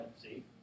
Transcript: see